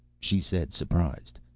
she said, surprised.